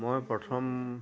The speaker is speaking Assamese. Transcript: মই প্ৰথম